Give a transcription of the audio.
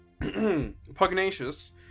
Pugnacious